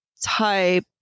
type